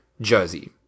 Jersey